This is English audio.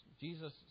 Jesus